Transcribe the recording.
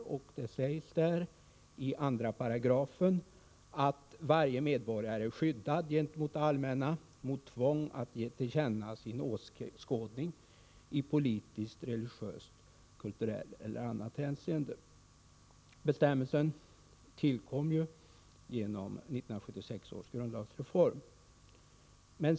Det sägs där i 2 § att varje medborgare är skyddad gentemot det allmänna mot tvång att ge till känna sin åskådning i politiskt, religiöst, kulturellt eller annat hänseende. Bestämmelsen tillkom ju genom 1976 års grundlagsreform.